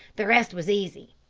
the rest was easy.